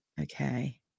okay